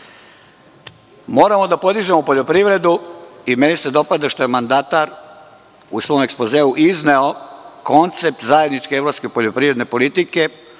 kuće. Moramo da podižemo poljoprivredu i meni se dopada što je mandatar u svom ekspozeu izneo koncept zajedničke evropske poljoprivredne politike